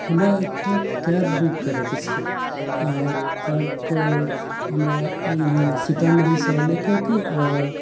हमरा एकटा cab book करैके छै आओर कैबके हमरा यहाँ सीतामढ़ीसँ लेकरके आओर